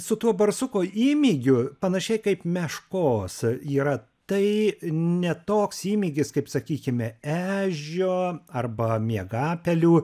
su tuo barsuko įmygiu panašiai kaip meškos yra tai ne toks įmygis kaip sakykime ežio arba miegapelių